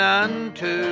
unto